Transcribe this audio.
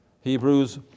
Hebrews